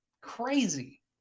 Crazy